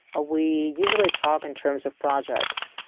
ah we usually talk in terms of projects.